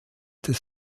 des